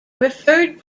referred